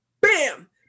BAM